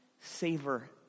savor